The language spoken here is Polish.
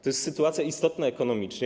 To jest sytuacja istotna ekonomicznie.